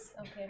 okay